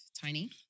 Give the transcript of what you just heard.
Tiny